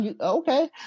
Okay